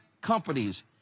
companies